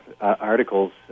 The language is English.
articles